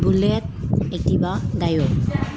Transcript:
bullet Activa dio